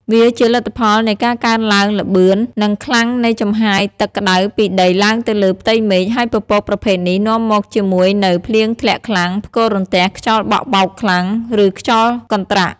វាជាលទ្ធផលនៃការកើនឡើងលឿន និងខ្លាំងនៃចំហាយទឹកក្តៅពីដីឡើងទៅលើផ្ទៃមេឃ ហើយពពកប្រភេទនេះនាំមកជាមួយនូវ ភ្លៀងធ្លាក់ខ្លាំង ផ្គររន្ទះ ខ្យល់បក់បោកខ្លាំង ឬខ្យល់កន្ត្រាក់។